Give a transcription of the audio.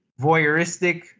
voyeuristic